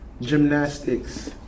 gymnastics